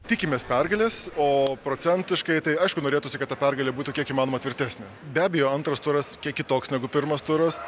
tikimės pergalės o procentiškai tai aišku norėtųsi kad ta pergalė būtų kiek įmanoma tvirtesnė be abejo antras turas kiek kitoks negu pirmas turas